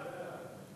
להצבעה.